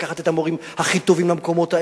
לקחת את המורים הכי טובים למקומות האלה,